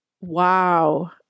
Wow